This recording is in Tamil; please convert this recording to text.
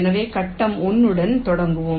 எனவே கட்டம் 1 உடன் தொடங்குவோம்